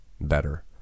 better